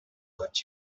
could